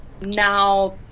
now